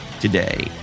today